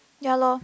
ya lor